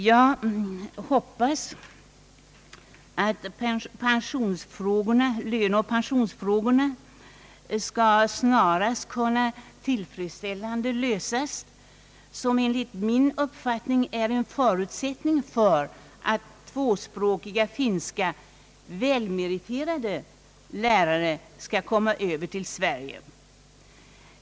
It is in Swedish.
Jag hoppas att löneoch pensionsfrågorna snarast skall kunna lösas på ett tillfredsställande sätt, vilket enligt min uppfattning är en förutsättning för att tvåspråkiga finska välmeriterade lärare skall komma Över till Sverige.